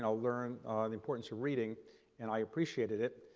and learn the importance of reading and i appreciated it.